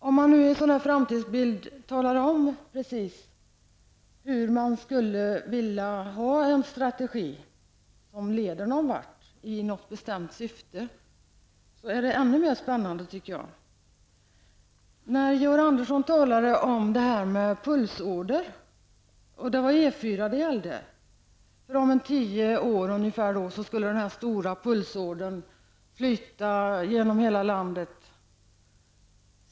Om man i en sådan här framtidsbild beskriver precis vilken strategi man vill ha för att komma någon vart i ett bestämt syfte, blir det ännu mer spännande. Georg Andersson talade om E 4 som en stor pulsåder, som om ungefär 10 år skulle flyta genom hela landet.